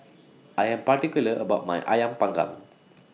I Am particular about My Ayam Panggang